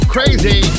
Crazy